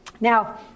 Now